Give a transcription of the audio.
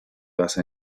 basa